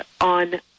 on